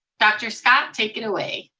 dr. scott, take it away.